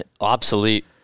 Obsolete